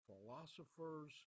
philosophers